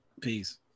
Peace